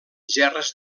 gerres